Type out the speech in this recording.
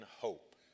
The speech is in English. hope